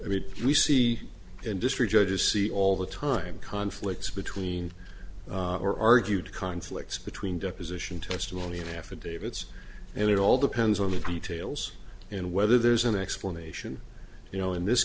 i mean we see industry judges see all the time conflicts between or argued conflicts between deposition testimony and affidavits and it all depends on the details and whether there's an explanation you know in this